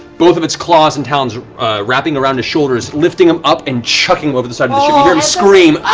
both of its claws and talons wrapping around his shoulders, lifting him up, and chucking him over the side, you and so hear him scream